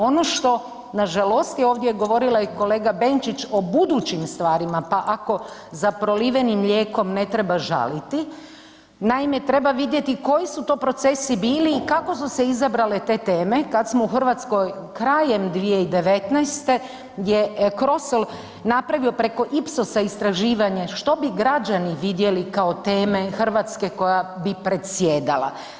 Ono što nas žalosti ovdje je govorila i kolega Benčić i o budućim stvarima, pa ako za prolivenim mlijekom ne treba žaliti naime treba vidjeti koji su to procesi bili i kako su se izabrale te teme kada smo u Hrvatskoj krajem 2019. gdje je CROSOL napravio preko Ipsosa istraživanje što bi građani vidjeli kao teme Hrvatske koja bi predsjedala.